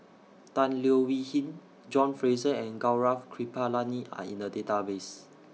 Tan Leo Wee Hin John Fraser and Gaurav Kripalani Are in The Database